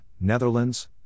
Netherlands